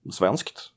svenskt